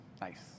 Nice